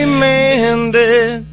mended